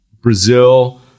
Brazil